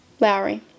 Lowry